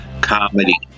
Comedy